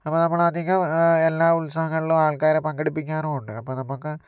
അപ്പം നമ്മള് അധികം എല്ലാ ഉത്സവങ്ങളിലും ആൾക്കാരെ പങ്കെടുപ്പിക്കാറുണ്ട് അപ്പം നമുക്ക്